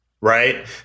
right